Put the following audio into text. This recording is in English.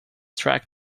track